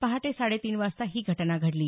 पहाटे साडे तीन वाजता ही घटना घडली